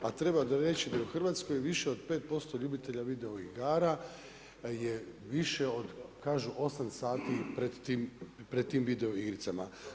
A treba reći, da je u Hrvatskoj više od 5% ljubitelja videoigara, je više od 8 sati pred tim videoigricama.